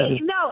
No